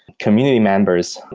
community members,